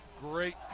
Great